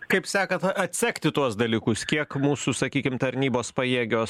kaip sekat atsekti tuos dalykus kiek mūsų sakykim tarnybos pajėgios